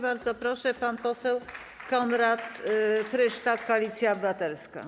Bardzo proszę, pan poseł Konrad Frysztak, Koalicja Obywatelska.